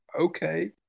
Okay